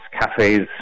cafes